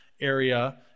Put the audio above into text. area